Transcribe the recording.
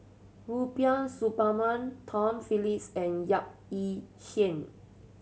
Rubiah Suparman Tom Phillips and Yap Ee Chian